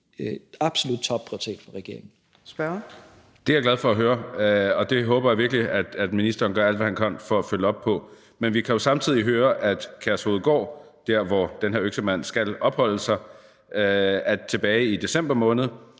Kl. 14:37 Marcus Knuth (KF): Det er jeg glad for at høre, og det håber jeg virkelig at ministeren gør alt hvad han kan for at følge op på. Men vi kan jo samtidig høre, at man på Kærshovedgård, hvor den her øksemand skal opholde sig, tilbage i december måned